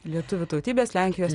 lietuvių tautybės lenkijos